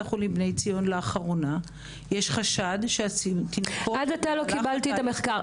החולים בני ציון לאחרונה יש חשד --- עד עתה לא קיבלתי את המחקר.